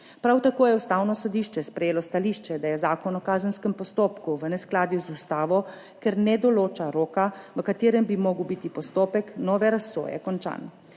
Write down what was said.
Prav tako je Ustavno sodišče sprejelo stališče, da je Zakon o kazenskem postopku v neskladju z ustavo, ker ne določa roka, v katerem bi moral biti postopek nove razsoje končan.